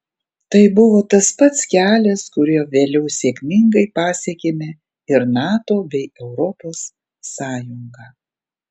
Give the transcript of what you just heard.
tai buvo tas pats kelias kuriuo vėliau sėkmingai pasiekėme ir nato bei europos sąjungą